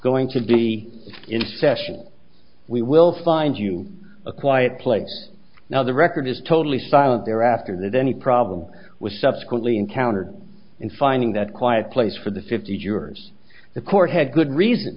going to be in session we will find you a quiet place now the record is totally silent there after that any problem was subsequently encountered in finding that quiet place for the fifty jurors the court had good reason